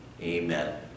amen